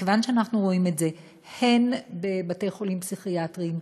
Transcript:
מכיוון שאנחנו רואים את זה הן בבתי-חולים פסיכיאטריים,